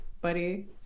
buddy